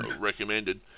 recommended